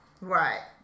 right